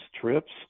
trips